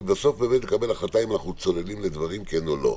ובסוף באמת לקבל החלטה אם אנחנו צוללים לדברים כן או לא.